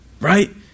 right